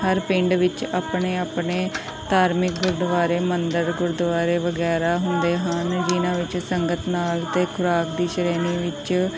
ਹਰ ਪਿੰਡ ਵਿੱਚ ਆਪਣੇ ਆਪਣੇ ਧਾਰਮਿਕ ਗੁਰਦੁਆਰੇ ਮੰਦਰ ਗੁਰਦੁਆਰੇ ਵਗੈਰਾ ਹੁੰਦੇ ਹਨ ਜਿਹਨਾਂ ਵਿੱਚ ਸੰਗਤ ਨਾਲ ਅਤੇ ਖੁਰਾਕ ਦੀ ਸ਼੍ਰੇਣੀ ਵਿੱਚ